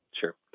Sure